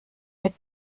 mit